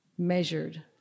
Measured